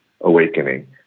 awakening